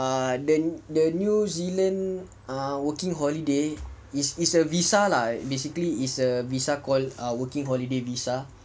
and then the new zealand err working holiday is is a visa lah basically it's a visa called working holiday visa